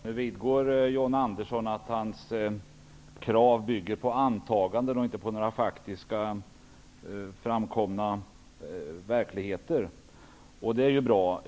Herr talman! John Andersson vidgår att hans krav bygger på antaganden och inte på något som faktiskt framkommit i verkligheten. Det är bra.